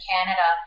Canada